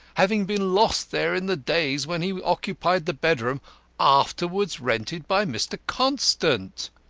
having been lost there in the days when he occupied the bedroom afterwards rented by mr. constant.